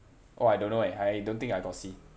oh I don't know eh I don't think I got see